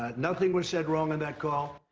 ah nothing was said wrong in that call.